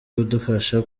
kudufasha